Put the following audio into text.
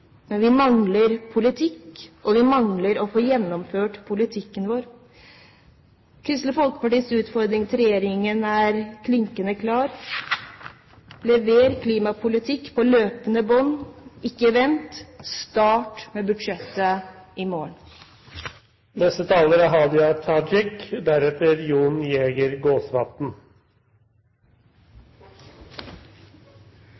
men vi mangler politikk, og vi mangler en gjennomføring av politikken vår. Kristelig Folkepartis utfordring til regjeringen er klinkende klar: Lever klimapolitikk på løpende bånd, ikke vent, start med budsjettet i